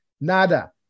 nada